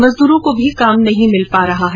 मजदूरों को भी काम नहीं मिल पा रहा है